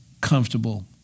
comfortable